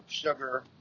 Sugar